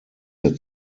der